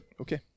Okay